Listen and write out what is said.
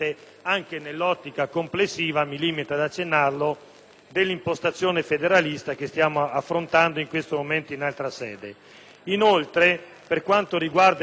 dell'impostazione federalista, materia che stiamo affrontando in questo momento in altra sede. Inoltre, per quanto riguarda i beni aziendali, in particolare si prevedono una